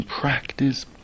practice